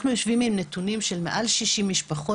אנחנו יושבים עם נתונים של מעל 60 משפחות